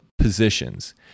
positions